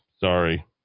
Sorry